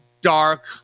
dark